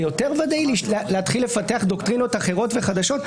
זה יותר ודאי להתחיל לפתח דוקטרינות אחרות וחדשות?